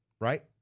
right